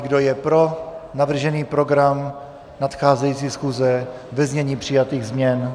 Kdo je pro navržený program nadcházející schůze ve znění přijatých změn?